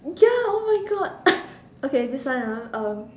ya oh my god okay this one ah um